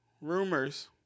rumors